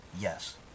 yes